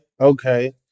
Okay